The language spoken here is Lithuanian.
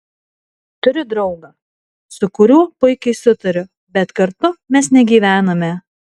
turiu draugą su kuriuo puikiai sutariu bet kartu mes negyvename